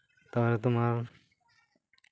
ᱛᱟᱦᱞᱮ ᱛᱳᱢᱟᱨ